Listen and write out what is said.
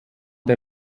der